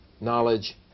knowledge